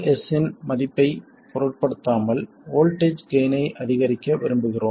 RS இன் மதிப்பைப் பொருட்படுத்தாமல் வோல்ட்டேஜ் கெய்ன் ஐ அதிகரிக்க விரும்புகிறோம்